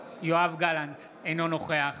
גלנט, אינו נוכח